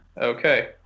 Okay